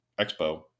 Expo